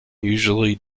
usually